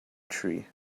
tree